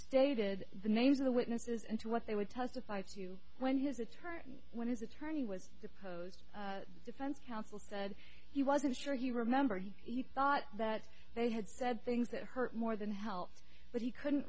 stated the names of the witnesses and to what they would testify to when his attorney when his attorney was deposed defense counsel said he wasn't sure he remembered he thought that they had said things that hurt more than helped but he couldn't